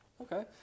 Okay